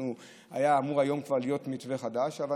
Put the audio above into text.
והיה אמור להיות מתווה חדש כבר היום,